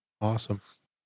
awesome